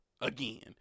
again